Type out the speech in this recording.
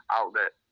outlet